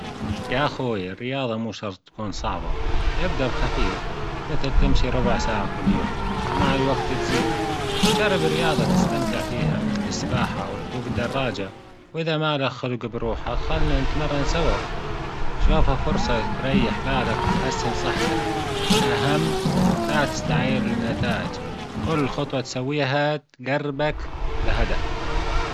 يا خوي الرياضة مو شرط تكون صعبة، إبدأ بخفيف مثل تمشي ربع ساعة كل يوم، ومع الوقت تزيد جرب رياضة تستمتع فيها مثل السباحة وركوب الدراجة وإذا ما لك خلق بروحه خلنا نتمرن سوا شافها فرصة تريح بالك وتحسن صحتك الأهم لا تستعجل للنتائج كل خطوة تسويها تجربك لهدفك.